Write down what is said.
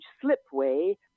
slipway